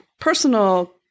personal